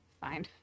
Fine